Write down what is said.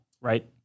right